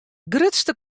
grutste